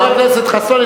חבר הכנסת חסון,